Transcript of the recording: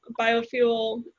biofuel